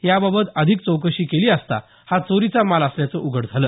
याबाबत चौकशी केली असता हा चोरीचा माल असल्याचं उघड झालं